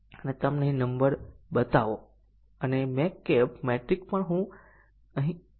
તેથી પ્રથમ આવશ્યકતા એ છે કે નિર્ણય અથવા કંપાઉંડ ની કન્ડીશનએ સાચું અને ખોટું મૂલ્ય લેવું આવશ્યક છે